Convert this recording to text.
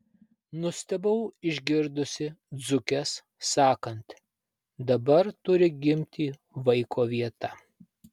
nustebau išgirdusi dzūkes sakant dabar turi gimti vaiko vieta